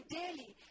daily